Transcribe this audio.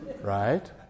Right